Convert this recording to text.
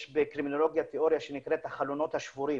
יש בקרימינולוגיה תיאוריה שנקראת החלונות השבורים,